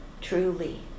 truly